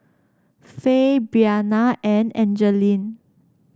Fay Breana and Angeline